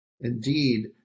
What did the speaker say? Indeed